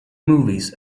movies